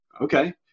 okay